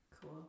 Cool